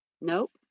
nope